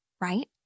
right